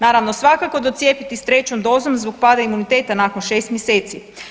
Naravno, svakako docijepiti s 3. dozom zbog pada imuniteta nakon 6. mjeseci.